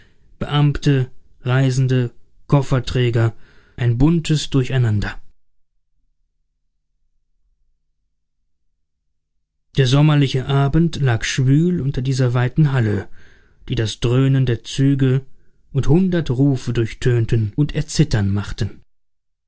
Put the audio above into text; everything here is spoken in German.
beamte reisende kofferträger ein buntes durcheinander der sommerliche abend lag schwül unter dieser weiten halle die das dröhnen der züge und hundert rufe durchtönten und erzittern machten